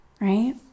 right